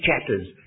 chapters